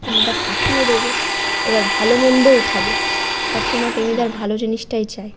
টেনিদা ফাঁকিও দেবে এবার ভালোমন্দও খাবে সবসময় টেনিদার ভালো জিনিসটাই চাই